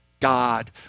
God